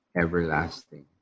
everlasting